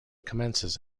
commences